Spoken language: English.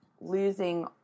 losing